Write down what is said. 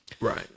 Right